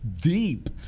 deep